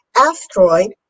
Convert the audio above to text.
asteroid